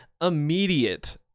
immediate